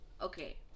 okay